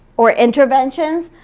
or interventions,